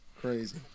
Crazy